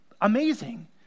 Amazing